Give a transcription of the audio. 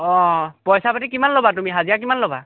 অঁ পইচা পাতি কিমান ল'বা তুমি হাজিৰা কিমান ল'বা